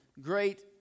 great